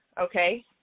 Okay